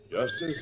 Justice